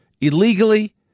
illegally